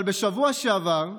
אבל בשבוע שעבר,